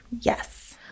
Yes